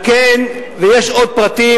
ויש עוד פרטים.